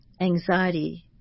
Anxiety